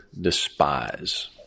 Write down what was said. despise